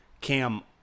Cam